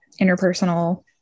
interpersonal